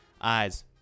eyes